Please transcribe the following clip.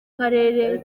karere